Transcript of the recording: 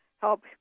help